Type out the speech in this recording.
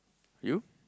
you